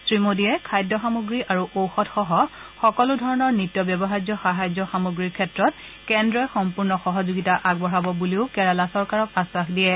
শ্ৰীমোদীয়ে খাদ্য সামগ্ৰী আৰু ঔষধসহ সকলো ধৰণৰ নিত্য ব্যৱহাৰ্য সাহায্য সামগ্ৰীৰ ক্ষেত্ৰত কেন্দ্ৰই সম্পূৰ্ণ সহযোগিতা আগবঢ়াব বুলিও কেৰালা চৰকাৰক আখাস দিয়ে